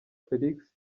felix